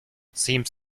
seems